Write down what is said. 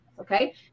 okay